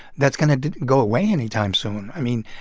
that's going to go away any time soon. i mean,